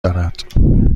دارد